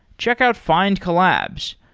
check out findcollabs.